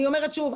אני אומרת שוב,